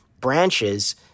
branches